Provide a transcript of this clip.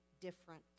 different